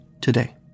today